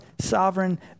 sovereign